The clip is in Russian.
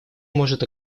может